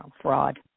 fraud